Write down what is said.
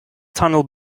tunnel